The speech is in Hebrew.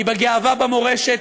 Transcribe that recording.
היא בגאווה במורשת,